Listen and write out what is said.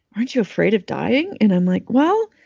aren't you afraid of dying? and i'm like, well,